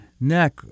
neck